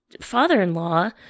father-in-law